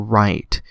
right